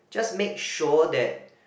just make sure that